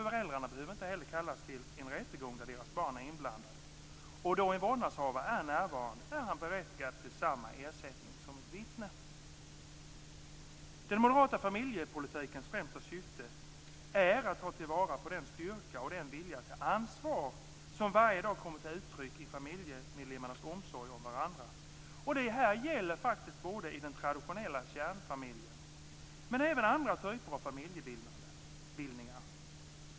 Föräldrarna behöver inte heller kallas till en rättegång där deras barn är inblandade. Och då en vårdnadshavare är närvarande är han berättigad till samma ersättning som ett vittne. Den moderata familjepolitikens främsta syfte är att ta vara på den styrka och den vilja till ansvar som varje dag kommer till uttryck i familjemedlemmarnas omsorg om varandra. Det här gäller faktiskt både i den traditionella kärnfamiljen och i andra typer av familjebildningar.